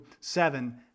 seven